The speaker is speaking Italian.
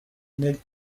nel